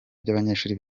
by’amashuri